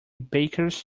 baker’s